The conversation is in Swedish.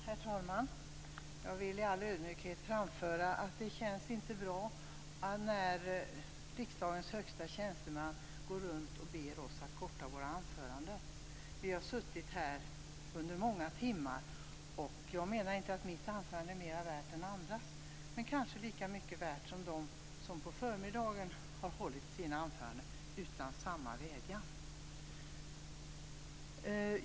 Herr talman! Jag vill i all ödmjukhet framföra att det inte känns bra när en hög tjänsteman i riksdagen går runt och ber oss korta våra anföranden. Vi har suttit här under många timmar. Jag menar inte att mitt anförande är mer värt än andras, men det kanske är lika mycket värt som de anföranden som har hållits på förmiddagen utan samma vädjan.